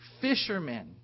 fishermen